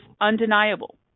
undeniable